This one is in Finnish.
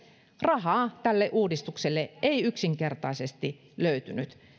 rahaa tälle uudistukselle ei yksinkertaisesti löytynyt